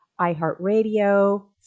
iHeartRadio